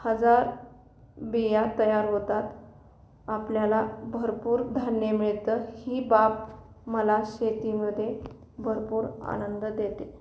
हजार बिया तयार होतात आपल्याला भरपूर धान्य मिळतं ही बाब मला शेतीमध्ये भरपूर आनंद देते